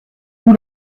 vous